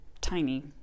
tiny